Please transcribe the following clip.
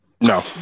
No